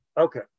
Okay